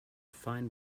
fine